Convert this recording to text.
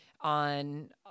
on